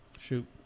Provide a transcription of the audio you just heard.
Shoot